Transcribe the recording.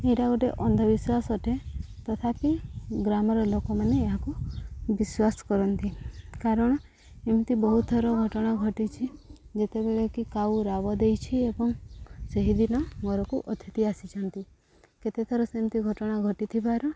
ଏଇଟା ଗୋଟେ ଅନ୍ଧବିଶ୍ୱାସ ଅଟେ ତଥାପି ଗ୍ରାମର ଲୋକମାନେ ଏହାକୁ ବିଶ୍ୱାସ କରନ୍ତି କାରଣ ଏମିତି ବହୁତ ଥର ଘଟଣା ଘଟିଛି ଯେତେବେଳେ କି କାଉ ରାବ ଦେଇଛି ଏବଂ ସେହିଦିନ ଘରକୁ ଅତିଥି ଆସିଛନ୍ତି କେତେଥର ସେମିତି ଘଟଣା ଘଟିଥିବାରୁ